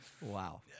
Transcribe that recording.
Wow